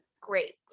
great